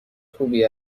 خوبی